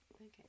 Okay